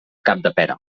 capdepera